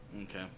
Okay